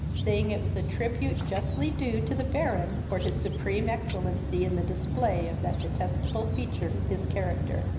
saying it was a tribute justly due to the baron for his supreme excellency in the display of that detestable feature in his character.